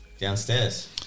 Downstairs